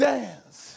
Dance